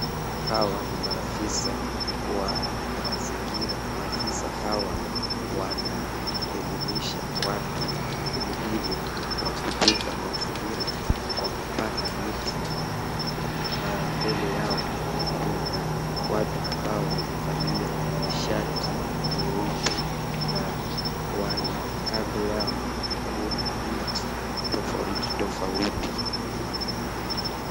Hawa ni maafisa wa mazingira. Maafisa hawa wanaelimisha watu umuhimu wa kutunza mazingira kwa kupanda miti. Na mbele yao kuna watu ambao wamevalia shati nyeupe na kando yao kuna miti tofauti tofauti.